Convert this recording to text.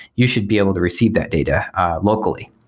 you should be able to receive that data locally.